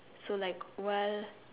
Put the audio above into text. so like while